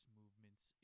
movements